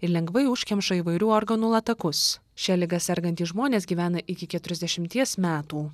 ir lengvai užkemša įvairių organų latakus šia liga sergantys žmonės gyvena iki keturiasdešimties metų